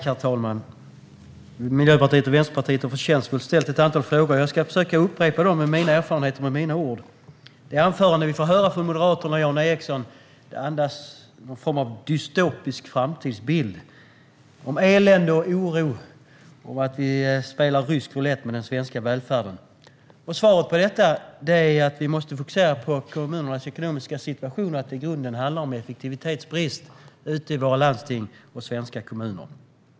Herr talman! Miljöpartiet och Vänsterpartiet har förtjänstfullt ställt ett antal frågor, och jag ska försöka upprepa dem med mina erfarenheter och med mina ord. De anföranden som vi får höra från Moderaterna och Jan Ericson andas någon form av dystopisk framtidsbild av elände och oro och att vi spelar rysk roulett med den svenska välfärden. Och svaret på detta är att vi måste fokusera på kommunernas ekonomiska situation och att det i grunden handlar om effektivitetsbrist ute i våra svenska landsting och kommuner. Herr talman!